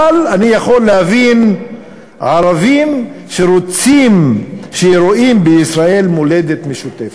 אבל אני יכול להבין ערבים שרואים בישראל מולדת משותפת.